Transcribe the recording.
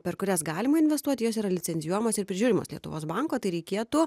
per kurias galima investuoti jos yra licencijuojamos ir prižiūrimos lietuvos banko tai reikėtų